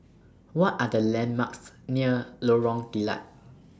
What Are The landmarks near Lorong Kilat